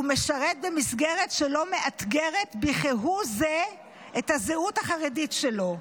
הוא משרת במסגרת שלא מאתגרת בכהוא זה את הזהות החרדית שלו.